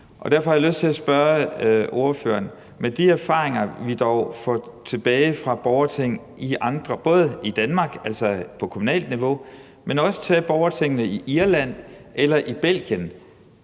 Derfor har jeg lyst til at spørge ordføreren til de erfaringer, vi dog får fra borgerting i Danmark, altså på kommunalt niveau, men også fra borgertingene i Irland og i Belgien,